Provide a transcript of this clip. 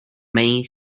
many